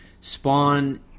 Spawn